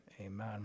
Amen